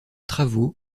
travaux